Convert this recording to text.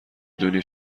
دونی